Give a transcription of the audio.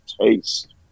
taste